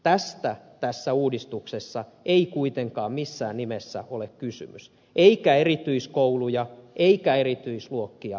tästä tässä uudistuksessa ei kuitenkaan missään nimessä ole kysymys eikä erityiskouluja eikä erityisluokkia lopeteta